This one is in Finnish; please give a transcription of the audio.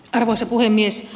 arvoisa puhemies